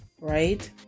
right